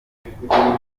ntakunda